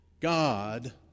God